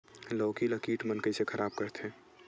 लौकी ला कीट मन कइसे खराब करथे?